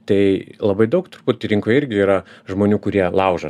tai labai daug turbūt rinkoj irgi yra žmonių kurie laužo